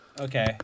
okay